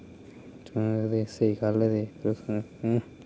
स्हेई ही गल्ल ऐ ते